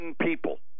people